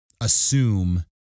assume